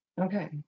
Okay